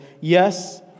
yes